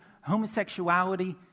homosexuality